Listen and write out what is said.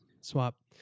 swap